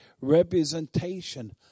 representation